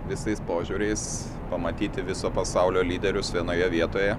visais požiūriais pamatyti viso pasaulio lyderius vienoje vietoje